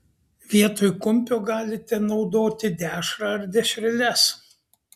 vietoj kumpio galite naudoti dešrą ar dešreles